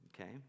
Okay